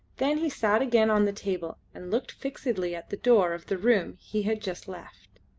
then he sat again on the table and looked fixedly at the door of the room he had just left.